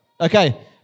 okay